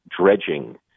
dredging